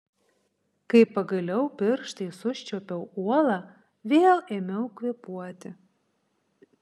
kai pagaliau pirštais užčiuopiau uolą vėl ėmiau kvėpuoti